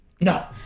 No